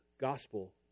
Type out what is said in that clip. gospel